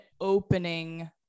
opening